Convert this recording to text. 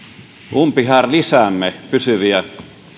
umpimähkään lisäämme pysyviä